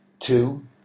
Two